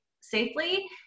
safely